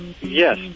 Yes